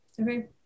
Okay